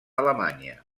alemanya